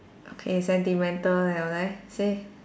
okay sentimental liao leh say